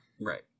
right